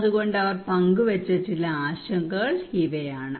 അതുകൊണ്ട് അവർ പങ്കുവെച്ച ചില ആശങ്കകൾ ഇവയാണ്